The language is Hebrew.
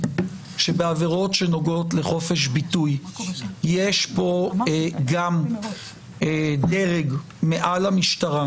שבעבירות שנוגעות לחופש ביטוי יש פה גם דרג מעל המשטרה,